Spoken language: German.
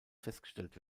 festgestellt